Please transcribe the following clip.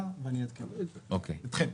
אני אבדוק מה ההערכה האחרונה שנעשתה ואני אעדכן אתכם.